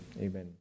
Amen